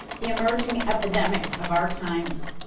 the emerging epidemic of our times.